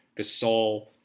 Gasol